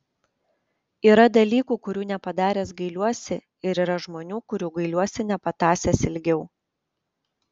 yra dalykų kurių nepadaręs gailiuosi ir yra žmonių kurių gailiuosi nepatąsęs ilgiau